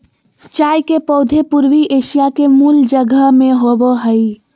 चाय के पौधे पूर्वी एशिया के मूल जगह में होबो हइ